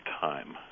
time